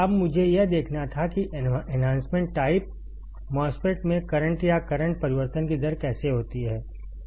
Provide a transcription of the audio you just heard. अब मुझे यह देखना था कि एन्हांसमेंट टाइप MOSFET में करंट या करंट परिवर्तन की दर कैसे होती है